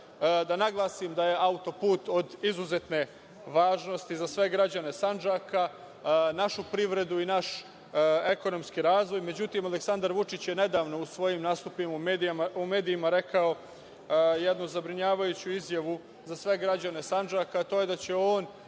da naglasim da je auto-put od izuzetne važnosti za sve građane Sandžaka, našu privredu i naš ekonomski razvoj. Međutim, Aleksandar Vučić je nedavno u svojim nastupima u medijima rekao jednu zabrinjavajuću izjavu za sve građane Sandžaka, a to je da će on